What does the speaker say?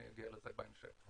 אני אגיע לזה בהמשך.